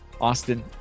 Austin